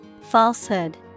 Falsehood